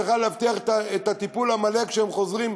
צריכה להבטיח את הטיפול המלא כשהם חוזרים,